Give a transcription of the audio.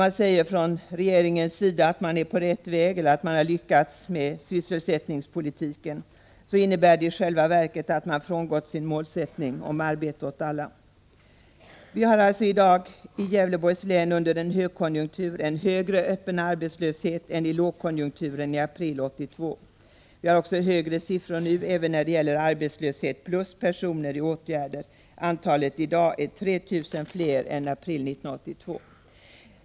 När regeringen säger att man är på rätt väg eller har lyckats med sysselsättningspolitiken innebär det i själva verket att regeringen har frångått sin målsätt Vi har alltså i dag i Gävleborgs län under högkonjunkturen en högre öppen arbetslöshet än under lågkonjunkturen i april 1982. Vi har också högre siffror nu när det gäller arbetslöshet plus personer i åtgärder. Antalet är i dag 3 000 fler än i april 1982.